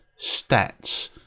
stats